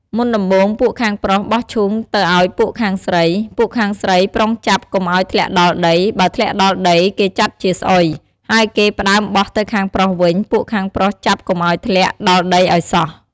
មុនដំបូង ពួកខាងប្រុសបោះឈូងទៅអោយពួកខាងស្រី ពួកខាងស្រីប្រុងចាប់កុំអោយធ្លាក់ដល់ដី បើធ្លាក់ដល់ដី គេចាត់ជាស្អុយ ហើយគេផ្តើមបោះទៅខាងប្រុសវិញពួកខាងប្រុសចាប់កុំអោយធ្លាក់ដល់ដីឲ្យសោះ។